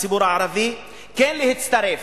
בציבור הערבי כן להצטרף.